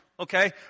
Okay